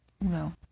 No